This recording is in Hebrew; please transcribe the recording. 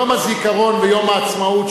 יום הזיכרון ויום העצמאות,